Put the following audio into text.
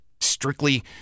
strictly